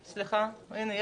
סליחה, שתי.